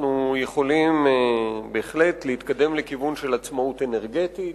אנחנו יכולים בהחלט להתקדם לכיוון של עצמאות אנרגטית.